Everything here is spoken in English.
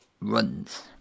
runs